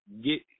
get